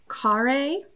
Kare